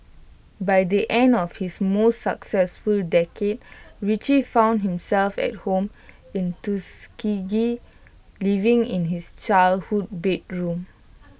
by the end of his most successful decade Richie found himself at home in Tuskegee living in his childhood bedroom